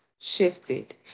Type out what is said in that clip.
shifted